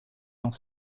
dans